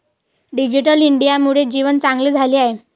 digital इंडियामुळे जीवन चांगले झाले आहे